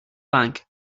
bank